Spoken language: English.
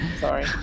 sorry